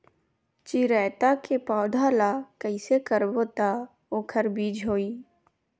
चिरैता के पौधा ल कइसे करबो त ओखर बीज होई?